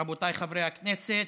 רבותיי חברי הכנסת,